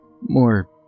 more